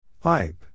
pipe